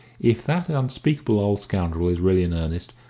if that unspeakable old scoundrel is really in earnest,